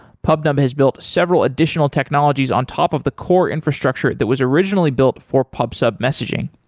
pubnub has built several additional technologies on top of the core infrastructure that was originally built for pub-sub messaging.